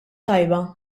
tajba